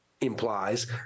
implies